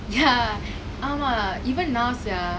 ya ஆமா: aama even now sia